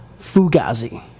Fugazi